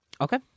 Okay